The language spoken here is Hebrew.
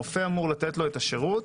הרופא אמור לתת לו את השירות,